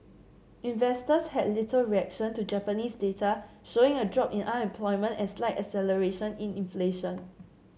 investors had little reaction to Japanese data showing a drop in unemployment and slight acceleration in inflation